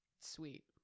Sweet